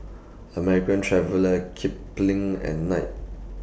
American Traveller Kipling and Knight